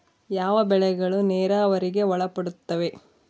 ಯಾವ ಬೆಳೆಗಳು ನೇರಾವರಿಗೆ ಒಳಪಡುತ್ತವೆ?